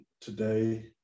today